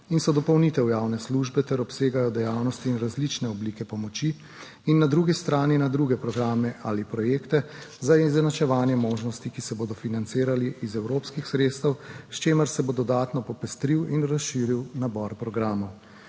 in so dopolnitev javne službe ter obsegajo dejavnosti in različne oblike pomoči, in na drugi strani na druge programe ali projekte za izenačevanje možnosti, ki se bodo financirali iz evropskih sredstev, s čimer se bo dodatno popestril in razširil nabor programov.